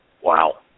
Wow